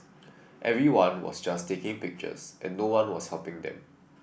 everyone was just taking pictures and no one was helping them